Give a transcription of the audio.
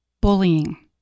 bullying